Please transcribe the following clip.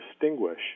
distinguish